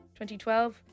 2012